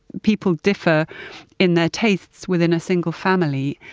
people differ in their tastes within a single family,